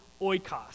oikos